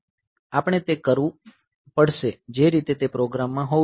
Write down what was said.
આપણે તે કરવું પડશે જે રીતે તે પ્રોગ્રામમાં હોવું જોઈએ